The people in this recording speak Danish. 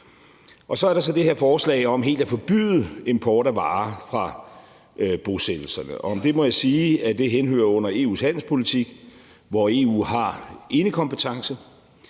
Så er der det her forslag om helt at forbyde import af varer fra bosættelserne. Om det må jeg sige, at det henhører under EU's handelspolitik, hvor EU har enekompetence.